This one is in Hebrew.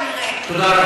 כנראה,